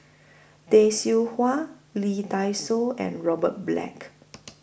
Tay Seow Huah Lee Dai Soh and Robert Black